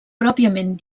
pròpiament